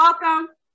Welcome